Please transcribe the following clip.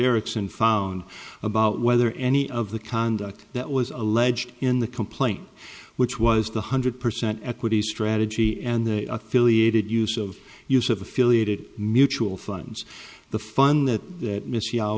erickson found about whether any of the conduct that was alleged in the complaint which was the hundred percent equity strategy and the affiliated use of use of affiliated mutual funds the fun that that missy